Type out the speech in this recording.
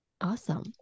Awesome